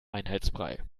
einheitsbrei